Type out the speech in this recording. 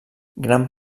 gran